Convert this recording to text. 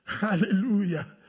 Hallelujah